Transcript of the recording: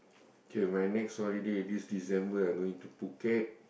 okay my next holiday this December I'm going to Phuket